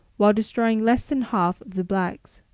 while destroying less than half of the blacks.